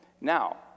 Now